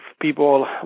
people